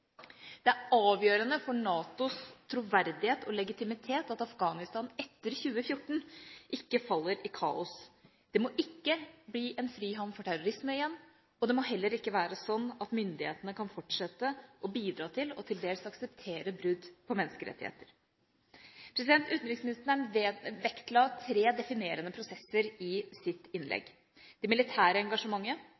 Det er avgjørende for NATOs troverdighet og legitimitet at Afghanistan etter 2014 ikke faller i kaos. Det må ikke bli en frihavn for terrorisme igjen, og det må heller ikke være slik at myndighetene kan fortsette å bidra til og til dels akseptere brudd på menneskerettigheter. Utenriksministeren vektla tre definerende prosesser i sitt innlegg: